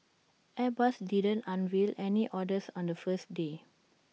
airbus didn't unveil any orders on the first day